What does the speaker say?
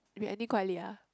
we ending quite late ah